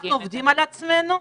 אנחנו עובדים על עצמנו.